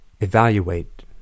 evaluate